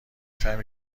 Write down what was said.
فهمی